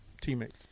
teammates